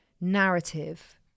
narrative